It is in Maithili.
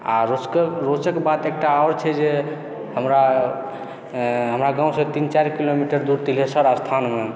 आओर रोचकर रोचक बात एकटा आओर छै जे हमरा गाँवसँ तीन चारि किलोमीटर दूर तिलेश्वर स्थानमे